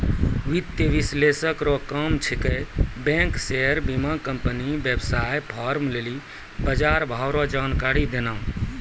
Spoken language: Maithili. वित्तीय विश्लेषक रो काम छिकै बैंक शेयर बीमाकम्पनी वेवसाय फार्म लेली बजारभाव रो जानकारी देनाय